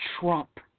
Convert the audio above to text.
Trump